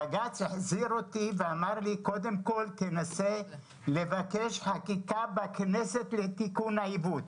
בג"ץ החזיר אותי ואמר לי שקודם כל אנסה לבקש חקיקה בכנסת לתיקון העיוות.